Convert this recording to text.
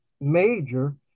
major